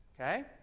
Okay